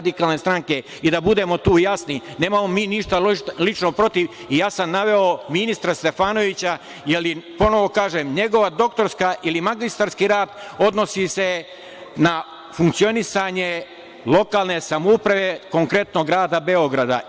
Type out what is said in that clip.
Da budemo tu jasni, nemamo mi ništa lično protiv i ja sam naveo ministra Stefanovića, jer ponovo kažem, njegov doktorski ili magistarski rad odnosi se na funkcionisanje lokalne samouprave, konkretno grada Beograda.